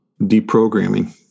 deprogramming